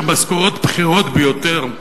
שמשכורות בכירות ביותר,